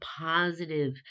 positive